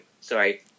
Sorry